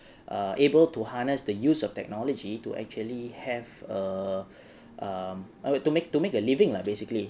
err able to harness the use of technology to actually have a um I would to make to make a living lah basically